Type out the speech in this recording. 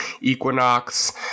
Equinox